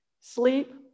sleep